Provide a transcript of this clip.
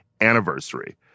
anniversary